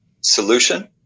solution